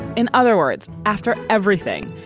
in other words, after everything,